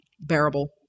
bearable